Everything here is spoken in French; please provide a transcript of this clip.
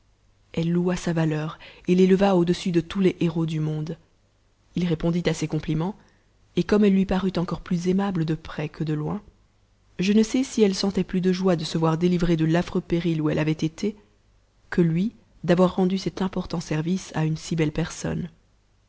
elle loua sa valeur et l'éleva au-dessus de tous les héros du monde t répondit à ses compliments et comme elle lui parut encore plus aimable de près que de loin je ne sais si elle sentait plus de joie de se voir délivrée de l'affreux péril où elle avait été que lui d'avoir rendu cet important service à une si bette personne